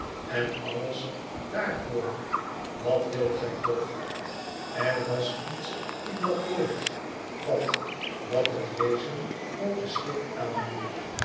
ten alles dddrvoor wat wilt gij toch er was iets in dat woord wat dat het wezen grooten schrik aanjoeg